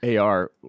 AR